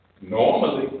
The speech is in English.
normally